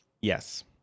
Yes